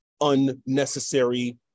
unnecessary